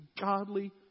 Godly